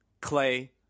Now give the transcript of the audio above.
Clay